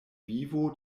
vivo